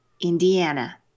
indiana